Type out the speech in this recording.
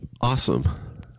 awesome